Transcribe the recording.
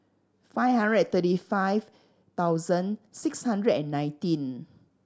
five hundred and thirty five thousand six hundred and nineteen